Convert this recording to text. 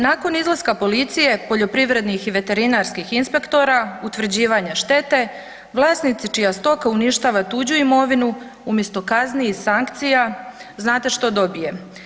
Nakon izlaska policije, poljoprivrednih i veterinarskih inspektora, utvrđivanja štete, vlasnici čija stoka uništava tuđu imovinu, umjesto kazni i sankcija, znate što dobije?